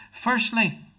Firstly